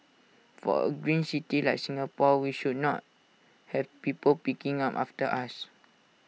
for A green city like Singapore we should not have people picking up after us